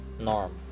norm